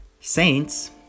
saints